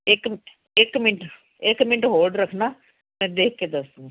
ਇੱਕ ਮਿੰਟ ਇੱਕ ਮਿੰਟ ਇੱਕ ਮਿੰਟ ਹੋਲਡ ਰੱਖਣਾ ਮੈਂ ਦੇਖ ਕੇ ਦੱਸਦੀ